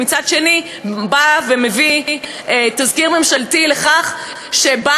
ומצד שני תזכיר חוק ממשלתי מביא לכך ששימוש